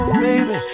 baby